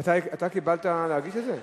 אתה קיבלת להגיש את זה?